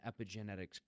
epigenetics